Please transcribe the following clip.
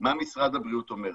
מה משרד הבריאות אומר.